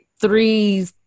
three